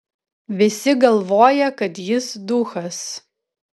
visi galvoja kad jis duchas